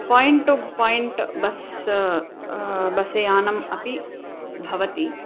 point to point bus bus यानम् अपि भवति